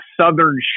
southern